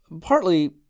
partly